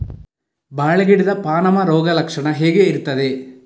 ಬಾಳೆ ಗಿಡದ ಪಾನಮ ರೋಗ ಲಕ್ಷಣ ಹೇಗೆ ಇರ್ತದೆ?